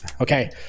Okay